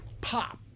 Pop